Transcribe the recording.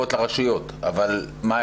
מה היה קודם?